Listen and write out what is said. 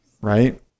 right